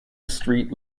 street